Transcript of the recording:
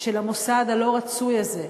של המוסד הלא-רצוי הזה.